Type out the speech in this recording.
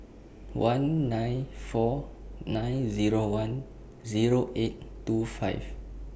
one nine four nine Zero one Zero eight two five